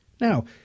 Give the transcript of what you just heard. Now